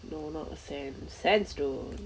no not the same sense though